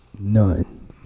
None